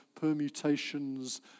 permutations